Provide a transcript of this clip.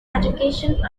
education